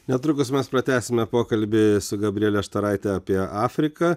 netrukus mes pratęsime pokalbį su gabriele štaraite apie afriką